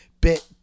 bit